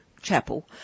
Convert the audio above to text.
chapel